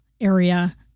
area